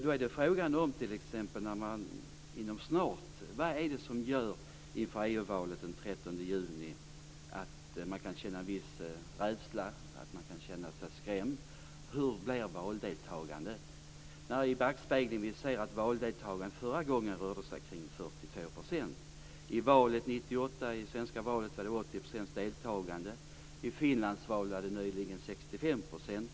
Då är frågan t.ex. vad det är som gör att man inför EU-valet den 13 juni kan känna en viss rädsla, att man kan känna sig skrämd. Hur blir valdeltagandet? Vi ser i backspegeln att valdeltagandet förra gången rörde sig kring 42 %. I det svenska valet 1998 var det 80 % deltagande. I Finlands val var det nyligen 65 %.